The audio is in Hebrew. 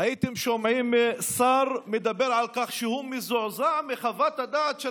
הייתם שומעים שר מדבר על כך שהוא מזועזע מחוות הדעת של